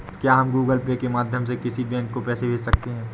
क्या हम Google Pay के माध्यम से किसी बैंक को पैसे भेज सकते हैं?